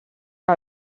que